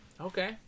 Okay